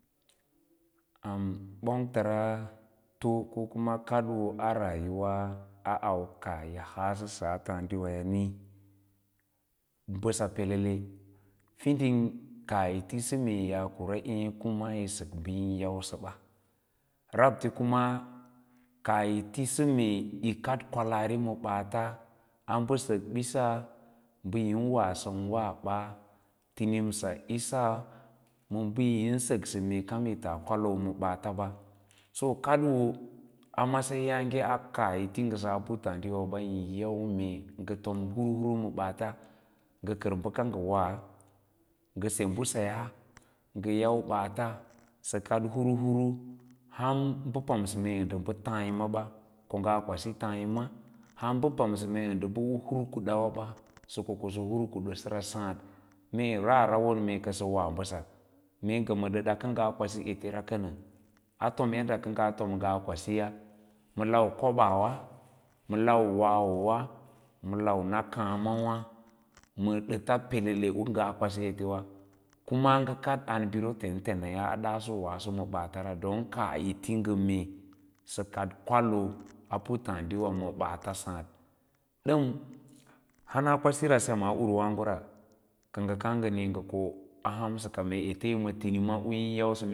an bangtana too ko kuma kadii a rayuwa a au kaah yi haasasaa luudirayani mbəsa pelve tin kaah yi tisa meeyaa kwara ee kuma yi sak bayin yansa ba, rab le kuma kaah yi tisa mee yo kad kwallari ma baats a bə səkbisa mba yin wasanwa ɓa tintimsa isa ma mbə yin səksə mee kayi thas kwaloo ma ɓaatowa so kadoo a matsayiyaàge a kaah ri yi ti ngəsə a puttaâdiwa ɓa yin yau mee nga tom bəue hur ma ɓaats nga kar bal-ka ngə wa ngəse mbəse yaa nga yai baats nga kad havu hiwu hamba pamsa mee nda bə thanyama ba ko ngaa kwasi taayama ham yi pamsa mee ndə ba hir kndi waɓa ngə ko kosə tor kuda bəra saad mee raarawon kəsəwa mbəsa mee ɗada ka nga kwasi ete ra ƙanə a tom yadda kə nga tom kongaa kwasiya ma lau kobaawa wa madata dətə pelele u ka ngaa kwasi etewa kuma nga kadan boro tenten aya adaasowaaso ma baarara don kaag yiti nga nga mee sa kad kwaloo a puttaadiwa ma baata saad dəm hana kwasira semaa wuwar aàgora ka nga kaa nga nii nga ko ahanza ka mee ete yi tihima u yin yausə